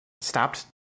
stopped